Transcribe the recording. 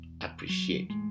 appreciate